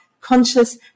conscious